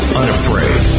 unafraid